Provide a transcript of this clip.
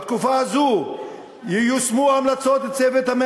בתקופה הזו ייושמו המלצות "צוות 120